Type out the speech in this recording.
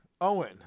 Owen